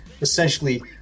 essentially